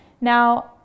Now